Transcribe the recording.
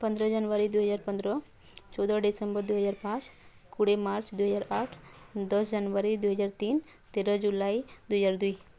ପନ୍ଦର ଜାନୁୟାରୀ ଦୁଇ ହଜାର ପନ୍ଦର ଚଉଦ ଡିସେମ୍ବର ଦୁଇ ହଜାର ପାଞ୍ଚ କୋଡ଼ିଏ ମାର୍ଚ୍ଚ୍ ଦୁଇ ହଜାର ଆଠ ଦଶ ଜାନୁୟାରୀ ଦୁଇ ହଜାର ତିନି ତେର ଜୁଲାଇ ଦୁଇ ହଜାର ଦୁଇ